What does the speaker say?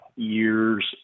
years